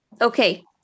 Okay